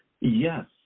Yes